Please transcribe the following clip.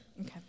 Okay